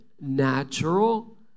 natural